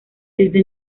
desde